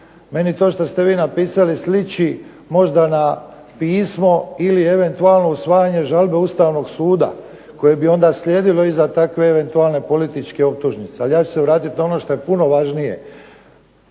meni to što ste vi napisali sliči možda na pismo ili eventualno usvajanje žalbe Ustavnog suda koje bio onda slijedilo iza takve eventualne političke optužnice. Ali ja ću se vratiti onome što je puno važnije.